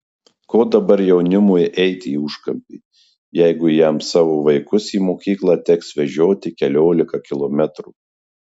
ko dabar jaunimui eiti į užkampį jeigu jam savo vaikus į mokyklą teks vežioti keliolika kilometrų